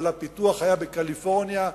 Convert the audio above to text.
אבל הפיתוח היה בקליפורניה,